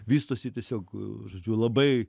vystosi tiesiog žodžiu labai